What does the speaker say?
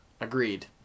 agreed